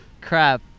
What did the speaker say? crap